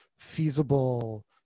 feasible